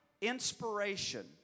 inspiration